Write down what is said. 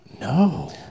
No